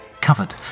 covered